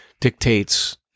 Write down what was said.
dictates